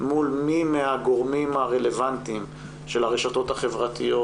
מול מי מהגורמים הרלוונטיים של הרשתות החברתיות,